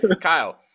Kyle